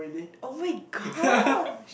[oh]-my-gosh